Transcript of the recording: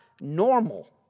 normal